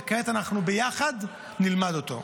וכעת אנחנו ביחד נלמד אותו,